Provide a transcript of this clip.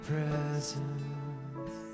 presence